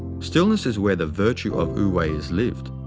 stillness is where the virtue of wu-wei is lived.